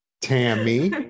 Tammy